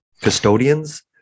custodians